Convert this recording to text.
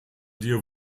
dir